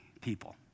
people